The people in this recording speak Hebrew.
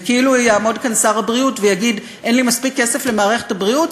זה כאילו יעמוד כאן שר הבריאות ויגיד: אין לי מספיק כסף למערכת הבריאות,